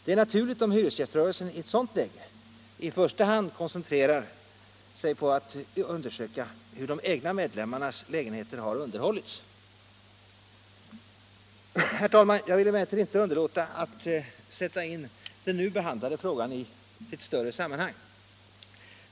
Det är naturligt om hyresgäströrelsen i ett sådant läge i första hand koncentrerar sig på att undersöka hur de egna medlemmarnas lägenheter har underhållits. Jag vill emellertid inte underlåta att sätta in den nu behandlade frågan i sitt större sammanhang.